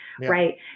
right